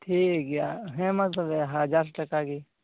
ᱴᱷᱤᱠ ᱜᱮᱭᱟ ᱦᱮᱸ ᱢᱟ ᱛᱚᱵᱮ ᱦᱟᱡᱟᱨ ᱴᱟᱠᱟ ᱜᱮ